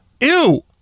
Ew